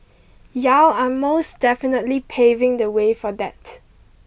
y'all are most definitely paving the way for that